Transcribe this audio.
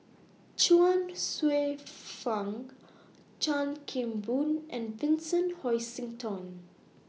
Chuang Hsueh Fang Chan Kim Boon and Vincent Hoisington